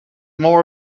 more